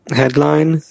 headline